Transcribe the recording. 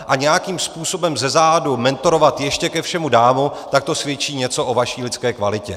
A nějakým způsobem zezadu mentorovat, ještě ke všemu dámu, tak to svědčí něco o vaší lidské kvalitě.